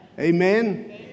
Amen